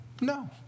No